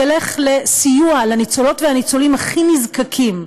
ילך לסיוע לניצולות והניצולים הכי נזקקים.